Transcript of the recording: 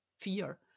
fear